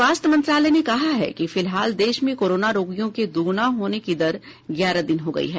स्वास्थ्य मंत्रालय ने कहा है कि फिलहाल देश में कोरोना रोगियों के दोगुना होने की दर ग्यारह दिन हो गई है